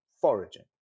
foraging